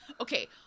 Okay